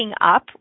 up